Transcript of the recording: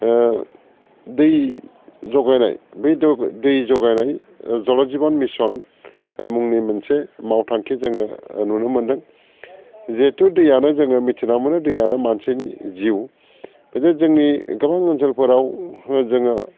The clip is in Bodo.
दै जगायनाय बे दै जगायनाय जल जिबन मिसन मुंनि मोनसे मावथांखि जोङो नुनो मोन्दों जिहेतु दैयानो जोङो मिथिना मोनो दैयानो मानसिनि जिउ बिदिनो जोंनि गोबां ओनसोलफोराव जोङो